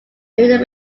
leaving